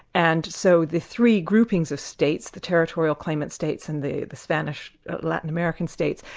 and so the three groupings of states, the territorial claimant states and the the spanish-latin american states,